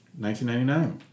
1999